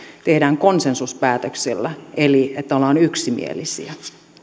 tehdään konsensuspäätöksinä eli ollaan yksimielisiä